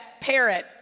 parrot